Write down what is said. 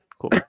Cool